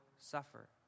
suffer